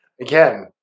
Again